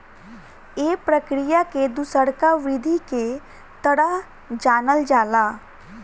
ए प्रक्रिया के दुसरका वृद्धि के तरह जानल जाला